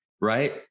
Right